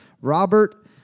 Robert